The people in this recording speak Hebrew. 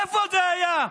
איפה זה היה?